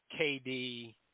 KD